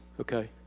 okay